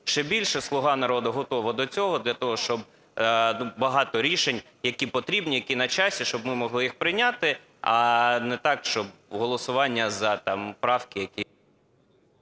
ще більше. "Слуга народу" готова до цього для того, щоб, багато рішень, які потрібні, які на часі, щоб ми могли їх прийняти. А не так, щоб голосування за там правки, які...